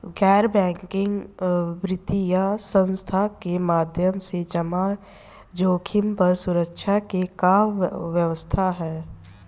गैर बैंकिंग वित्तीय संस्था के माध्यम से जमा जोखिम पर सुरक्षा के का व्यवस्था ह?